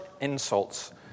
insults